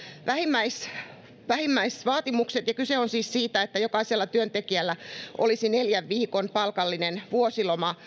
vähimmäisvaatimukset kyse on siis siitä että jokaisella työntekijällä olisi neljän viikon palkallinen vuosiloma